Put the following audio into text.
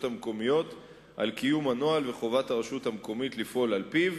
המקומיות על קיום הנוהל ועל חובת הרשות המקומית לפעול על-פיו.